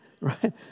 Right